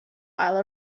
pile